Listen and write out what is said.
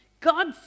God